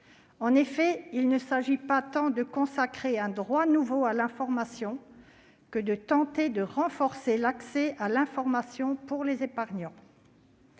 En effet, il ne s'agit pas tant de consacrer un droit nouveau à l'information que de tenter de renforcer l'accès à l'information pour les épargnants.